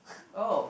oh